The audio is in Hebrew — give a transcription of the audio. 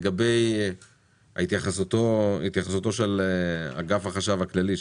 לגבי ההתייחסויות של אגף החשב הכללי,